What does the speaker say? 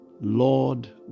lord